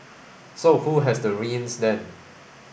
so who has the reins then